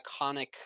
iconic